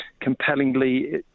compellingly